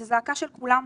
זו זעקה של כולם,